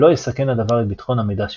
לא יסכן הדבר את ביטחון המידע שהוצפן,